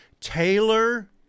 Taylor